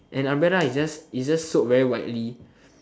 an umbrella is just is just sold very widely